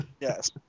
Yes